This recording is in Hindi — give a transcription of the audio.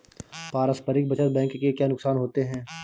पारस्परिक बचत बैंक के क्या नुकसान होते हैं?